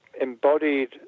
embodied